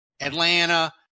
Atlanta